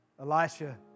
Elisha